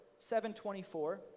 724